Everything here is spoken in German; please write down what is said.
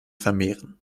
vermehren